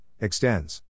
extends